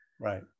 Right